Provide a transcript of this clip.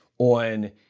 on